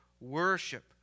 worship